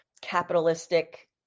capitalistic